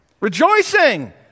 rejoicing